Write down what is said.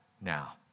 now